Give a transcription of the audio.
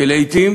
ולעתים